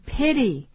pity